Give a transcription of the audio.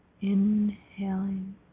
Inhaling